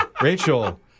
Rachel